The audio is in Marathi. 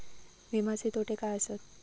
विमाचे तोटे काय आसत?